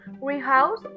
greenhouse